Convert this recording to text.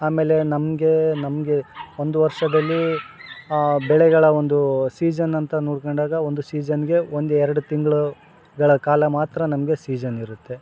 ಆಮೇಲೆ ನಮಗೆ ನಮಗೆ ಒಂದು ವರ್ಷದಲ್ಲಿ ಬೆಳೆಗಳ ಒಂದು ಸೀಸನ್ ಅಂತ ನೋಡ್ಕೊಂಡಾಗ ಒಂದು ಸೀಸನ್ಗೆ ಒಂದು ಎರಡು ತಿಂಗಳು ಗಳ ಕಾಲ ಮಾತ್ರ ನಮಗೆ ಸೀಸನ್ ಇರುತ್ತೆ